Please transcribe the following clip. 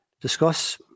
Discuss